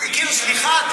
כאילו, סליחה,